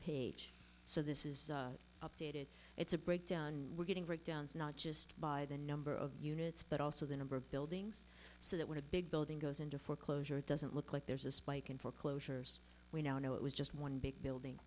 page so this is updated it's a breakdown we're getting right downs not just by the number of units but also the number of buildings so that would have big building goes into foreclosure it doesn't look like there's a spike in foreclosures we now know it was just one big building